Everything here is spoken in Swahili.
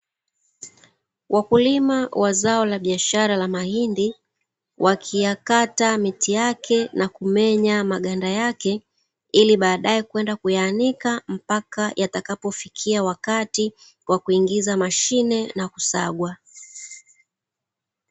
Wakulima wa zao la biashara la mahindi, wakiyakata miti yake na kumenya maganda yake, ili baadae kwenda kuyaanika mpaka yatakapofikia wakati wa kuingiza mashine na kusagwa.